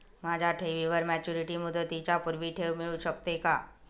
माझ्या ठेवीवर मॅच्युरिटी मुदतीच्या पूर्वी ठेव मिळू शकते का?